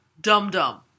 Dum-Dum